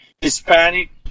Hispanic